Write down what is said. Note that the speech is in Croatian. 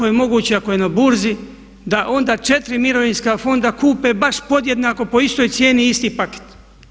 Kako je moguće ako je na burzi da onda četiri mirovinska fonda kupe baš podjednako po istoj cijeni isti paket.